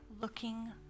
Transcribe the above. looking